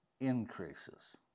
increases